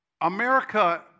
America